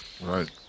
Right